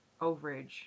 overage